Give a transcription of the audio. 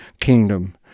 kingdom